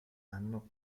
anno